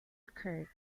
occurred